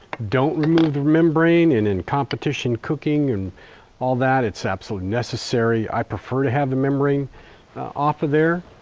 don't remove the membrane and in competition cooking and all that it's absolutely necessary, i prefer to have the membrane off of there.